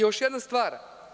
Još jedna stvar.